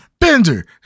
Bender